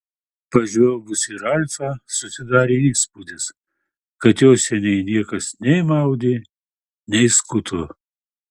pažvelgus į ralfą susidarė įspūdis kad jo seniai niekas nei maudė nei skuto